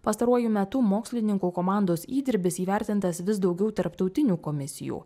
pastaruoju metu mokslininkų komandos įdirbis įvertintas vis daugiau tarptautinių komisijų